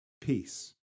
Peace